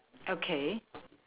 okay